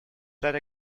latter